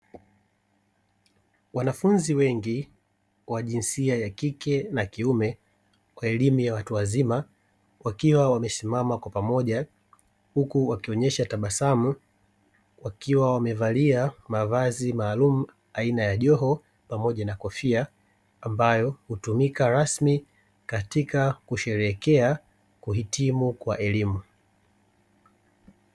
Wanafunzi wengi wa jinsia ya kike na kiume wa elimu ya watu wazima wakiwa wamesimama kwa pamoja, huku wakionyesha tabasamu, wakiwa wamevalia mavazi maalumu aina ya joho pamoja na kofia, ambayo hutumika rasmi katika kusherekea kuhitimu kwa elimu.